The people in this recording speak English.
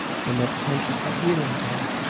the next time she saw either of them,